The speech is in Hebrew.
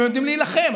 הם יודעים להילחם,